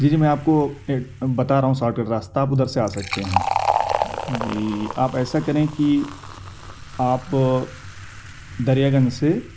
جی جی میں آپ کو بتا رہا ہوں شاٹ کٹ راستہ آپ ادھر سے آ سکتے ہیں جی آپ ایسا کریں کہ آپ دریا گنج سے